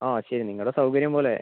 ആ ശരി നിങ്ങളുടെ സൗകര്യം പോലെ